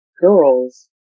girls